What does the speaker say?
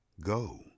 Go